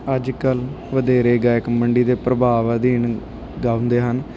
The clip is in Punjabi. ਅੱਜ ਕੱਲ ਵਧੇਰੇ ਗਾਇਕ ਮੰਡੀ ਦੇ ਪ੍ਰਭਾਵ ਅਧੀਨ ਗਾਉਂਦੇ ਹਨ